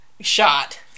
shot